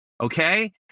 Okay